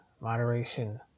moderation